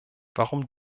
warum